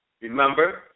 Remember